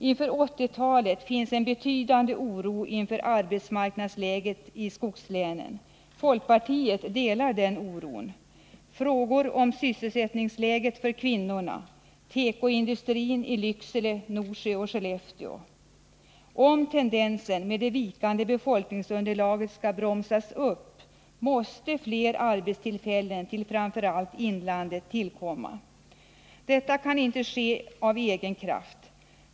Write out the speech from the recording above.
Inför 1980-talet finns en betydande oro inför arbetsmarknadsläget i skogslänen. Folkpartiet delar den oron. Det gäller frågor som sysselsättningsläget för kvinnorna och tekoindustrin i Lycksele, Norsjö och Skellefteå. Om tendensen till vikande befolkningsunderlag skall bromsas upp, måste fler arbetstillfällen till framför allt inlandet tillkomma. Detta kan inte ske av egen kraft.